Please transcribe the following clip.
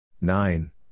Nine